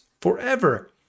forever